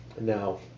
Now